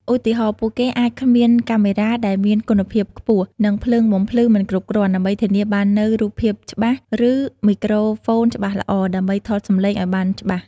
ឧទាហរណ៍ ពួកគេអាចគ្មានកាមេរ៉ាដែលមានគុណភាពខ្ពស់ និងភ្លើងបំភ្លឺមិនគ្រប់គ្រាន់ ដើម្បីធានាបាននូវរូបភាពច្បាស់ ឬ មីក្រូហ្វូនច្បាស់ល្អ ដើម្បីថតសំឡេងឲ្យបានច្បាស់។